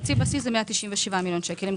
תקציב בסיס זה 197 מיליון שקל.